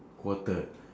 quarter